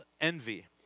envy